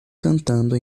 cantando